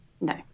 No